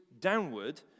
downward